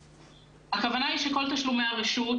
הכוונה היא שכל תשלומי הרשות,